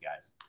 guys